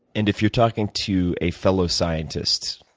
and if you're talking to a fellow scientist,